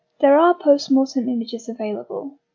there are post-mortem images available.